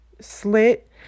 slit